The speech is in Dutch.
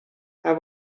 hij